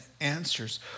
answers